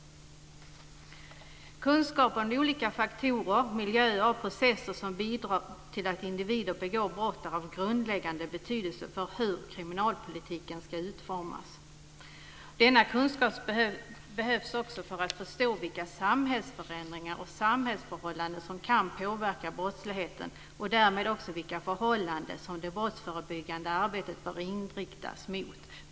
Kunskap om de olika faktorer, miljöer och processer som bidrar till att individer begår brott är av grundläggande betydelse för hur kriminalpolitiken ska utformas. Denna kunskap behövs också för att förstå vilka samhällsförändringar och samhällsförhållanden som kan påverka brottsligheten och därmed också vilka förhållanden som det brottsförebyggande arbetet bör inriktas mot.